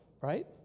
right